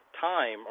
time